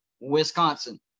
Wisconsin